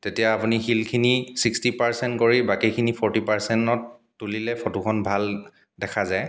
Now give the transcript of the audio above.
তেতিয়া আপুনি শিলখিনিক ছিক্সটি পাৰ্চেণ্ট কৰি বাকিখিনি ফ'ৰ্টি পাৰ্চেণ্টত তুলিলে ফটোখন ভাল দেখা যায়